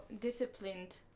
disciplined